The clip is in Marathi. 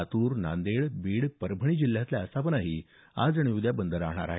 लातूर नांदेड बीड परभणी जिल्ह्यातल्या आस्थापनाही आज आणि उद्या बंद राहणार आहेत